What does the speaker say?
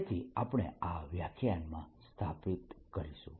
તેથી આપણે આ વ્યાખ્યાનમાં આ સ્થાપિત કરીશું